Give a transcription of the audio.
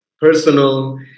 personal